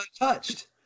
untouched